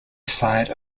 side